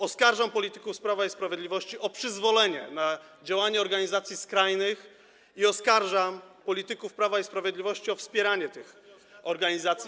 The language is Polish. Oskarżam polityków Prawa i Sprawiedliwości o przyzwolenie na działania organizacji skrajnych i oskarżam polityków Prawa i Sprawiedliwości o wspieranie tych organizacji.